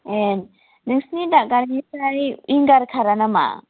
ए नोंसिनि दादगिरिनिफ्राय उइंगार खारा नामा